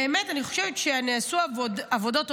באמת אני חושבת שנעשו עבודות טובות,